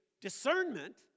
discernment